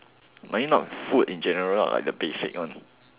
might not be food in general lah like the basic one